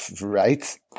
right